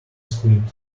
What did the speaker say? squint